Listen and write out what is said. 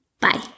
Bye